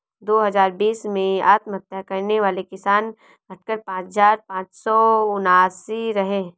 दो हजार बीस में आत्महत्या करने वाले किसान, घटकर पांच हजार पांच सौ उनासी रहे